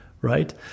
right